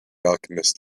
alchemist